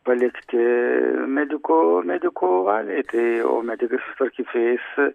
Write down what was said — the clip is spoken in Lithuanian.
palikti medikų medikų valiai tai medikai susitvarkyt su jais